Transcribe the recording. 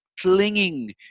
clinging